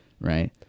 right